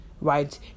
right